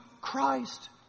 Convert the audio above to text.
Christ